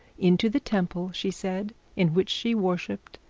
into the temple, she said, in which she worshipped,